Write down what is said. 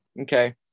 Okay